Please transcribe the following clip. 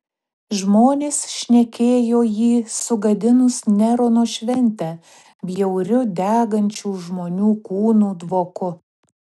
žmonės šnekėjo jį sugadinus nerono šventę bjauriu degančių žmonių kūnų dvoku